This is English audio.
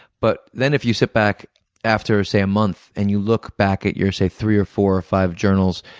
but then, if you sit back after, say, a month and you look back at your, say, three, or four, or five journals,